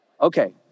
Okay